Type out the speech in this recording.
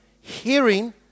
hearing